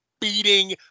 beating